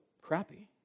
crappy